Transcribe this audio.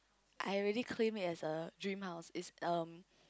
I already claimed it as a dream house it's um